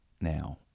now